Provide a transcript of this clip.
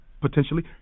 potentially